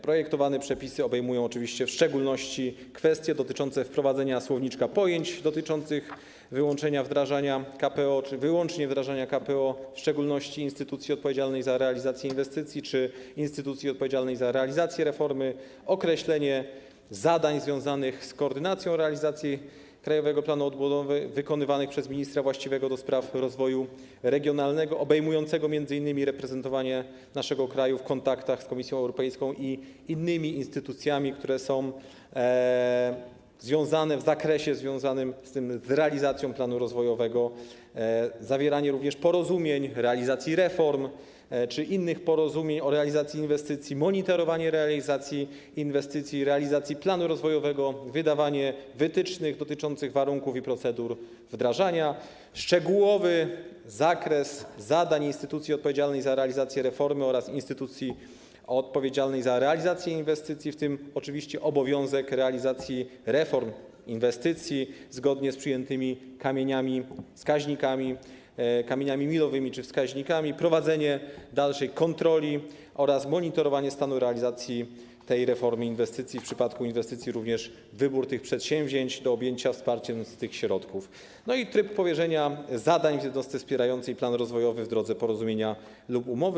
Projektowane przepisy obejmują w szczególności kwestie dotyczące wprowadzenia słowniczka pojęć dotyczących wyłącznie wdrażania KPO, w szczególności instytucji odpowiedzialnych za realizację inwestycji czy instytucji odpowiedzialnych za realizację reformy, określenie zadań związanych z koordynacją realizacji Krajowego Planu Odbudowy wykonywanych przez ministra właściwego do spraw rozwoju regionalnego, obejmujących m.in. reprezentowanie naszego kraju w kontaktach z Komisją Europejską i innymi instytucjami, które są związane z realizacją planu rozwojowego, również zawieranie porozumień o realizacji reform czy innych porozumień o realizacji inwestycji, monitorowanie realizacji inwestycji, realizacji planu rozwojowego, wydawanie wytycznych dotyczących warunków i procedur wdrażania, szczegółowy zakres zadań instytucji odpowiedzialnych za realizację reformy oraz instytucji odpowiedzialnej za realizację inwestycji, w tym oczywiście obowiązek realizacji reform, inwestycji, zgodnie z przyjętymi kamieniami milowymi czy wskaźnikami, prowadzenie dalszej kontroli oraz monitorowanie stanu realizacji tej reformy inwestycji, w przypadku inwestycji również wybór tych przedsięwzięć do objęcia wsparciem z tych środków, a także tryb powierzenia zadań jednostce wspierającej plan rozwojowy w drodze porozumienia lub umowy.